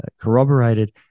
corroborated